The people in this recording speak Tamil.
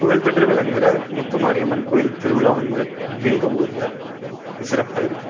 புகழ் பெற்று விளங்கிற முத்துமாரியம்மன் கோவில் திருவிழா வந்து எங்கள் ஊரில் சிறப்பாக இருக்கும்